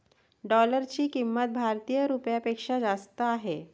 डॉलरची किंमत भारतीय रुपयापेक्षा जास्त आहे